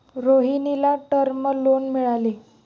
रोहिणीला term loan मिळाले